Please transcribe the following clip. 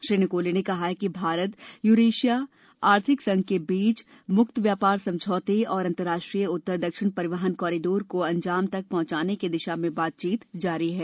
Shri Nikolay ने कहा कि भारत यूरेशिया आर्थिक संघ के बीच मुक्त व्यापार समझौत और अंतरराष्ट्रीय उत्तर दक्षिण परिवहन कॉरिडोर को अंजाम तक पहुंचाने की दिशा में बातचीत जारी है